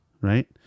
right